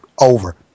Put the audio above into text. over